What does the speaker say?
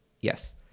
Yes